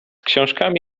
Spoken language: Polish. książkami